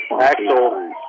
Axel